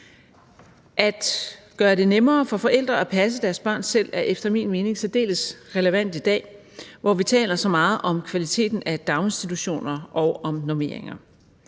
At gøre det nemmere for forældre at passe deres børn selv er efter min mening særdeles relevant i dag, hvor vi taler så meget om kvaliteten af daginstitutioner og om normeringer.